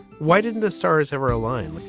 why didn't the stars ever align? like